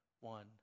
one